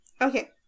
Okay